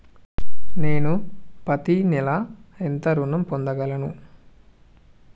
నేను పత్తి నెల ఎంత ఋణం పొందగలను?